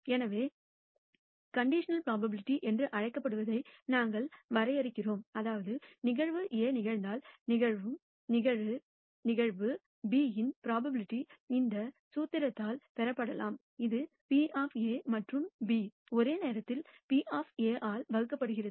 எனவே conditional probability என்று அழைக்கப்படுவதை நாங்கள் வரையறுக்கிறோம் அதாவது நிகழ்வு A நிகழ்ந்தால் நிகழும் நிகழ்வு B இன் ப்ரோபபிலிட்டி இந்த சூத்திரத்தால் பெறப்படலாம் இது P மற்றும் B ஒரே நேரத்தில் P ஆல் வகுக்கப்படுகிறது